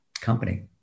company